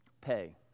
Pay